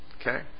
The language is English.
Okay